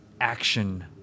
action